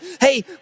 hey